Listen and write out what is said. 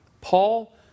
Paul